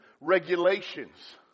Regulations